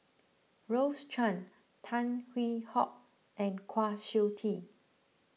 Rose Chan Tan Hwee Hock and Kwa Siew Tee